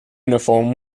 uniform